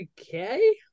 Okay